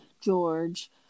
George